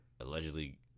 allegedly